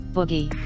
Boogie